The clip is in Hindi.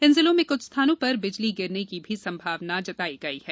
इन जिलों में क्छ स्थानों पर बिजली गिरने की भी संमावना बताई गई है